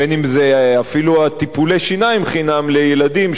בין שזה אפילו טיפולי השיניים חינם לילדים,